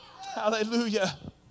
Hallelujah